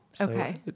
Okay